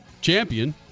champion